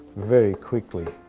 very quickly.